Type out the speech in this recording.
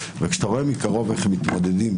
כשאתה רואה מקרוב איך מתמודדים